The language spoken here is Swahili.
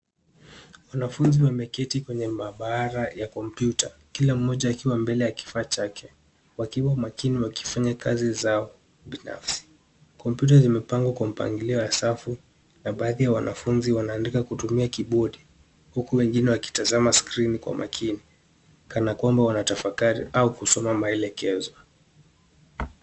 Wanafunzi wameketi kwenye maabara ya kompyuta, kila mmoja akiwa mbele ya kifaa chake wakiwa makini wakifanya kazi zao binafsi. Kompyuta zimepangwa kwa mpangilio ya safu na baadhi ya wanafunzi wanaandika kutumia kibodi, huku wengine wakitazama skrini kwa makini, kana kwamba wanatafakari au kusoma maelekezo.